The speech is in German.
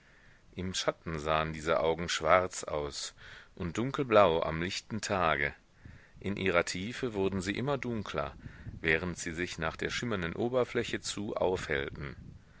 im schatten sahen diese augen schwarz aus und dunkelblau am lichten tage in ihrer tiefe wurden sie immer dunkler während sie sich nach der schimmernden oberfläche zu aufhellten